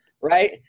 right